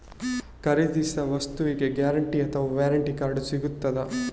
ಖರೀದಿಸಿದ ವಸ್ತುಗೆ ಗ್ಯಾರಂಟಿ ಅಥವಾ ವ್ಯಾರಂಟಿ ಕಾರ್ಡ್ ಸಿಕ್ತಾದ?